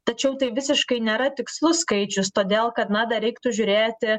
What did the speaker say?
tačiau tai visiškai nėra tikslus skaičius todėl kad na dar reiktų žiūrėti